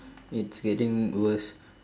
it's getting worse